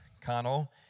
Connell